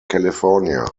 california